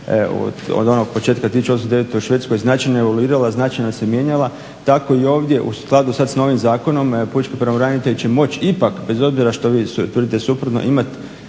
od onog početka 1809. u Švedskoj značajno evoluirala, značajno se mijenjala. Tako i ovdje u skladu sad s novim zakonom pučki pravobranitelj će moć ipak, bez obzira što vi tvrdite suprotno, imat